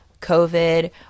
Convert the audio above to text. COVID